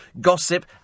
Gossip